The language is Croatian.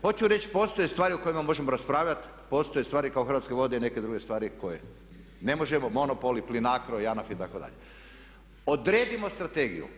Hoću reći postoje stvari o kojima možemo raspravljati, postoje stvari kao Hrvatske vode i neke druge stvari koje ne možemo monopol, i PLINCRO, ANAF itd. odredimo strategiju.